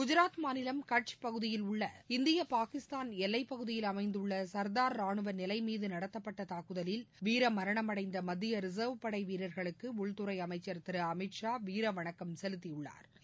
குஜராத் மாநிலம் கட்ச் பகுதியில் உள்ள இந்திய பாகிஸ்தான் எல்லைப் பகுதியில் அமைந்துள்ள ச்தார் ரானுவ நிலை மீது நடத்தப்பட்ட தாக்குதலில் வீர மரணமடைந்த மத்திய ரிச்வ் படை வீரர்களுக்கு உள்துறை அமைச்சா் திரு அமித்ஷா வீரவணக்கம் செலுத்தியுள்ளாா்